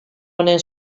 honen